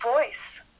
voice